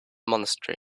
monastery